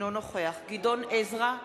אינו נוכח גדעון עזרא,